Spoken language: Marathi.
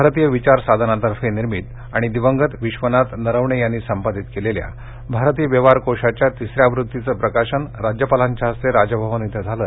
भारतीय विचार साधनातर्फे निर्मित आणि दिवंगत विश्वनाथ नरवणे यांनी संपादित केलेल्या भारतीय व्यवहार कोषाच्या तिसऱ्या आवृत्तीचं प्रकाशन राज्यपालांच्या हस्ते राजभवन इथं झालं